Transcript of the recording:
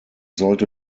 sollte